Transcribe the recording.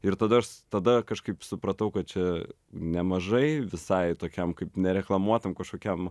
ir tada aš tada kažkaip supratau kad čia nemažai visai tokiam kaip nereklamuotam kažkokiam